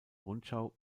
rundschau